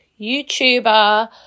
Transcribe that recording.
YouTuber